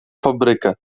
fabrykę